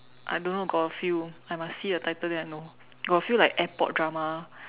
I don't know got a few I must see the title then I know got a few like airport drama